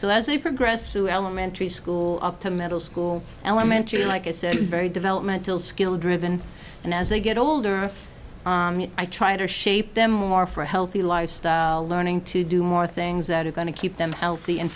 as they progress through elementary school up to middle school elementary like it's very developmental skill driven and as they get older i try to shape them more for a healthy lifestyle learning to do more things that are going to keep them healthy and